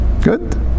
Good